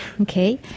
Okay